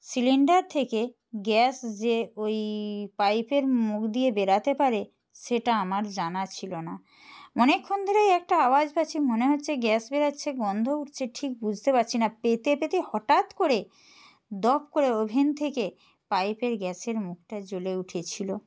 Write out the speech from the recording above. cylinder থেকে gas যে ওই পাইপের মুখ দিয়ে বেরাতে পারে সেটা আমার জানা ছিলো না অনেকক্ষণ ধরেই একটা আওয়াজ পাচ্ছি মনে হচ্ছে গ্যাস বেরাচ্ছে গন্ধ উঠছে ঠিক বুঝতে পারছি না পেতে পেতে হটাৎ করে দপ করে ওভেন থেকে পাইপের গ্যাসের মুখটা জ্বলে উঠেছিলো